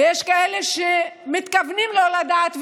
ויש כאלה שמתכוונים לא לדעת,